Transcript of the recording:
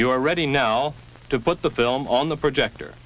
you are ready now to put the film on the projector